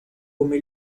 come